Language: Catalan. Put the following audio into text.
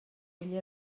ell